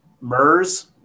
MERS